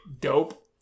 dope